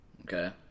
Okay